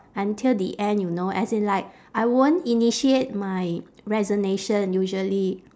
until the end you know as in like I won't initiate my resignation usually